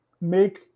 make